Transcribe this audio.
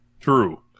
True